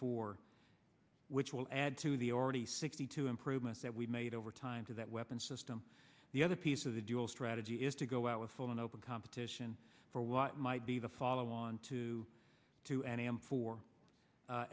four which will add to the already sixty two improvements that we've made over time to that weapon system the other piece of the dual strategy is to go out with full and open competition for what might be the follow on to to an m four